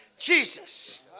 Jesus